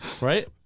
Right